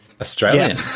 Australian